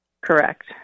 Correct